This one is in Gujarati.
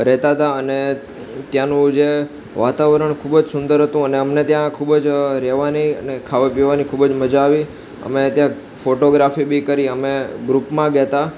રહેતા હતા અને ત્યાંનું જે વાતાવરણ ખૂબ જ સુંદર હતું અને અમને ત્યાં ખૂબ જ રહેવાની અને ખાવા પીવાની ખૂબ જ મજા આવી અમે ત્યાં ફોટોગ્રાફી બી કરી અમે ગ્રૂપમાં ગયા હતા